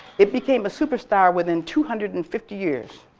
it became a superstar within two hundred and fifty years